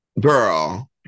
girl